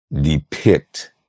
depict